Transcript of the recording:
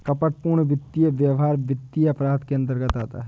कपटपूर्ण वित्तीय व्यवहार वित्तीय अपराध के अंतर्गत आता है